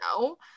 no